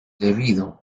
debido